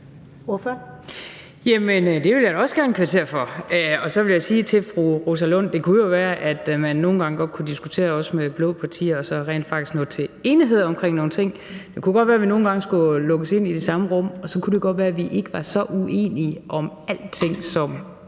det vil jeg da også gerne kvittere for, og så vil jeg sige til fru Rosa Lund, at det jo kunne være, at man nogle gange også godt kunne diskutere med de blå partier og så rent faktisk nå til enighed om nogle ting. Det kunne godt være, at vi nogle gange skulle lukkes ind i det samme rum, og så kunne det godt være, at vi ikke var så uenige om alting, som